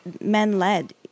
men-led